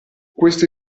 questo